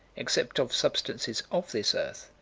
except of substances of this earth,